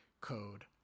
code